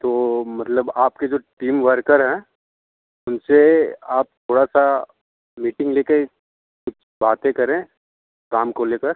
तो मतलब आपके जो टीम वर्कर हैं उनसे आप थोड़ा सा मीटिंग लेकर कुछ बातें करें काम को लेकर